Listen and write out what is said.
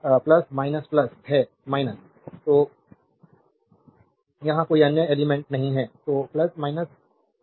तो यहां कोई अन्य एलिमेंट्स नहीं है